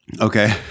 Okay